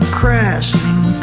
crashing